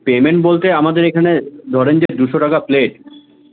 payment বলতে আমাদের এখানে ধরেন যে দুশো টাকা প্লেট